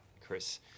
Chris